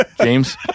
James